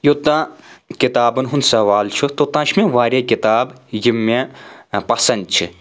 یُوٚتان کِتابَن ہُنٛد سوال چھُ توٚتان چھِ مےٚ واریاہ کِتاب یِم مےٚ پسنٛد چھِ